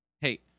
hey